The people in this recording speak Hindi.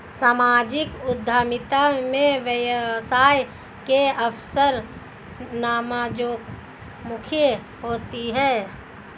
सामाजिक उद्यमिता में व्यवसाय के अवसर समाजोन्मुखी होते हैं